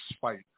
fight